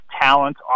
talent